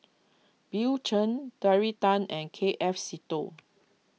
Bill Chen Terry Tan and K F Seetoh